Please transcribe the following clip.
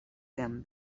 them